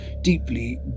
deeply